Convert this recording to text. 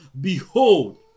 Behold